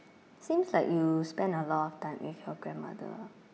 seems like you spend a lot of time with your grandmother